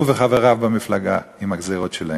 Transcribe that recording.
הוא וחבריו במפלגה, עם הגזירות שלהם.